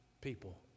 people